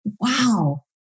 wow